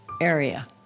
area